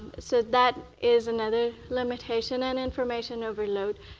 so that is another limitation. and information overload.